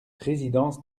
résidence